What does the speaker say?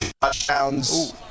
Touchdowns